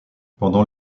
pendant